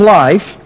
life